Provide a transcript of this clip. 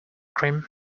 cream